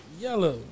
Yellow